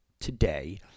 today